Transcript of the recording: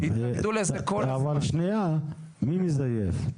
מי מזייף?